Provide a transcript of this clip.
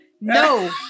no